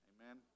Amen